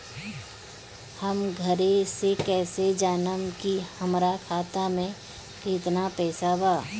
हम घरे से कैसे जानम की हमरा खाता मे केतना पैसा बा?